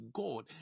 god